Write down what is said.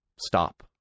stop